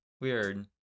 Weird